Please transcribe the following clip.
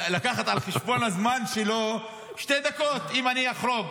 לקחת על חשבון הזמן שלו שתי דקות, אם אני אחרוג,